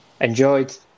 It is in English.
enjoyed